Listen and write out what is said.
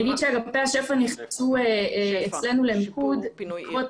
אני אגיד שאגפי השפ"ע נכנסו אצלנו מיקוד בעקבות